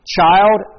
child